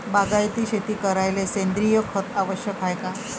बागायती शेती करायले सेंद्रिय खत आवश्यक हाये का?